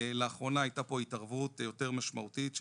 לאחרונה הייתה פה התערבות יותר משמעותית,